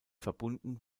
verbunden